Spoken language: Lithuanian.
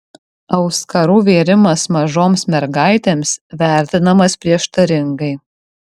auskarų vėrimas mažoms mergaitėms vertinamas prieštaringai